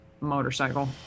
motorcycle